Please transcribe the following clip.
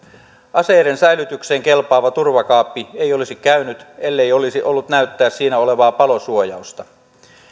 aseiden säilytykseen kelpaava turvakaappi ei olisi käynyt ellei olisi ollut näyttää siinä olevaa palosuojausta